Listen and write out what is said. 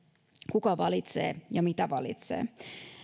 kuka valitsee ja mitä valitsee